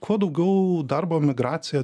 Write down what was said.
kuo daugiau darbo emigracija